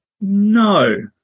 No